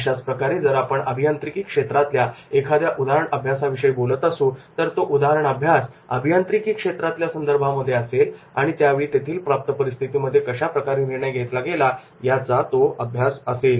अशाच प्रकारे जर आपण अभियांत्रिकी क्षेत्रातल्या एखाद्या उदाहरण अभ्यासाविषयी बोलत असू तर तो उदाहरण अभ्यास अभियांत्रिकी क्षेत्राच्या संदर्भामध्ये असेल आणि त्या वेळी तेथील प्राप्त परिस्थितीमध्ये कशा प्रकारे निर्णय घेतला गेला याचा तो अभ्यास असेल